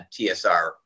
TSR